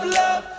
love